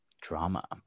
drama